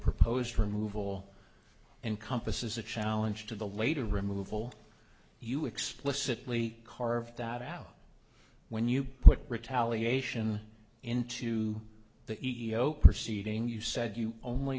proposed removal encompasses a challenge to the later removal you explicitly carved out when you put retaliation into the iau proceeding you said you only